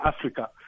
Africa